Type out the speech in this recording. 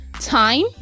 time